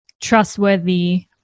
trustworthy